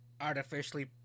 artificially